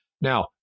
Now